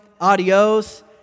adios